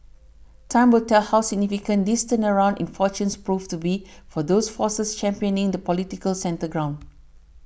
time will tell how significant this turnaround in fortunes proves to be for those forces championing the political centre ground